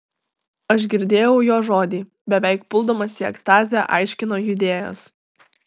aš girdėjau jo žodį beveik puldamas į ekstazę aiškino judėjas